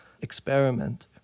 experiment